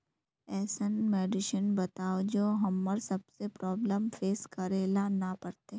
ऐसन मेडिसिन बताओ जो हम्मर सबके प्रॉब्लम फेस करे ला ना पड़ते?